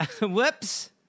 Whoops